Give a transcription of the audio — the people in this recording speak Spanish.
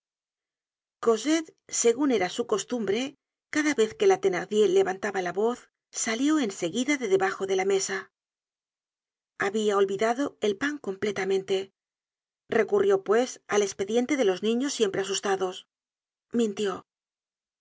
segun era su costumbre cada vez que la thenardier levantaba la voz salió en seguida de debajo de la mesa habia olvidado el pan completamente recurrió pues al espediente de los niños siempre asustados mintió